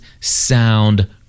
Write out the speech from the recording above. sound